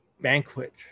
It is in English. banquet